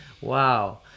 wow